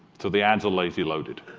so the ads are lazy-loaded.